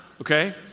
okay